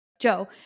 Joe